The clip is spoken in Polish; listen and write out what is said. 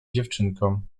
dziewczynkom